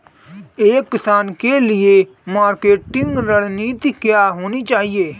एक किसान के लिए मार्केटिंग रणनीति क्या होनी चाहिए?